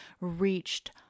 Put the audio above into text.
reached